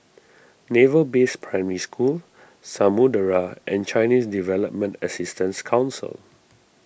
Naval Base Primary School Samudera and Chinese Development Assistance Council